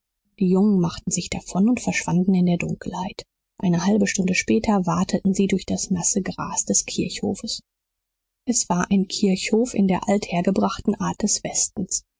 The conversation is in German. die jungen machten sich davon und verschwanden in der dunkelheit eine halbe stunde später wateten sie durch das nasse gras des kirchhofes es war ein kirchhof in der althergebrachten art des westens